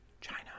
China